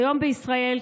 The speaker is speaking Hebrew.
כיום בישראל,